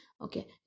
okay